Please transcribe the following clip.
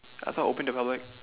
I thought open to public